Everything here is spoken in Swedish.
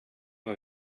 vad